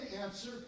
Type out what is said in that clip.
answer